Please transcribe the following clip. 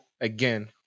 again